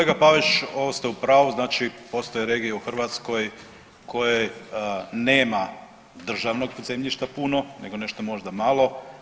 Kolega Pavić ovo ste u pravu, znači postoje regije u Hrvatskoj koje nema državnog zemljišta puno nego nešto možda malo.